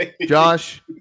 Josh